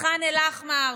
ח'אן אל-אחמר,